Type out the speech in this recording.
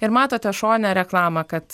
ir matote šone reklamą kad